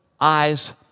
eyes